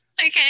okay